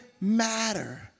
Matter